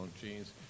genes